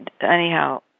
anyhow